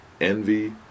envy